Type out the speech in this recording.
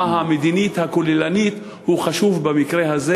המדינית הכוללנית הם חשובים במקרה הזה.